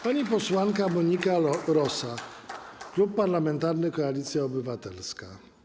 Pani posłanka Monika Rosa, Klub Parlamentarny Koalicja Obywatelska.